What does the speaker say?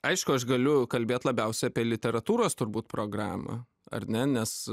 aišku aš galiu kalbėt labiausiai apie literatūros turbūt programą ar ne nes